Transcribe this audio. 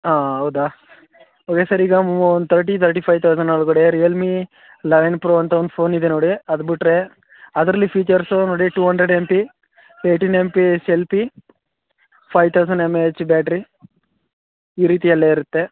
ಆಂ ಹೌದಾ ಅದೇ ಸರ್ ಈಗ ಮು ಒಂದು ತರ್ಟಿ ತರ್ಟಿ ಫೈ ತೌಸಂಡ್ ಒಳಗಡೆ ರಿಯಲ್ಮಿ ಲೆವೆನ್ ಪ್ರೊ ಅಂತ ಒಂದು ಫೋನ್ ಇದೆ ನೋಡಿ ಅದ್ಬಿಟ್ರೆ ಅದರಲ್ಲಿ ಫೀಚರ್ಸು ನೋಡಿ two hundred M P eighteen M P selfie five thousand M A H battery ಈ ರೀತಿಯಲ್ಲೇ ಇರುತ್ತೆ